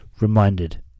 reminded